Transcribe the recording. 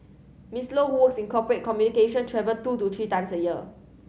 Miss Low who works in corporate communication travel two to three times a year